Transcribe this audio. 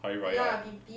hari raya